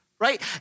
right